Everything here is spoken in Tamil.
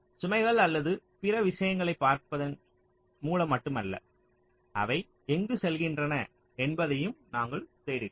சுமைகள் அல்லது பிற விஷயங்களைப் பார்ப்பதன் மூலம் மட்டுமல்ல அவை எங்கு செல்கின்றன என்பதையும் நாங்கள் தேடுகிறோம்